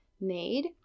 made